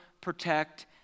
protect